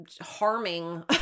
harming